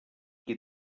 qui